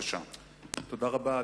תודה רבה.